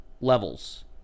levels